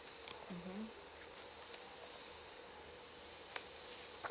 mmhmm